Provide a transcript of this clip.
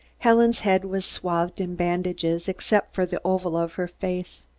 helen's head was swathed in bandages, except for the oval of her face.